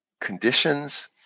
conditions